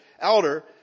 elder